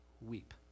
weep